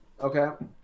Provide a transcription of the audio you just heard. okay